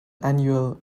annual